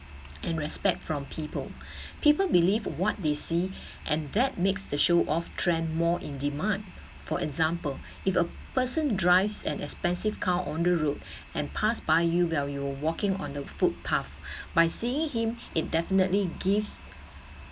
and respect from people people believe what they see and that makes the show off trend more in demand for example if a person drives an expensive car on the road and pass by you while you were walking on the footpath by seeing him it definitely gives